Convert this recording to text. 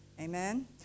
Amen